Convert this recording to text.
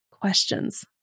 questions